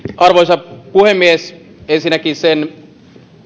arvoisa puhemies ensinnäkin sen